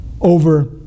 over